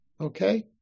okay